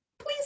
please